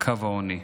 קו העוני.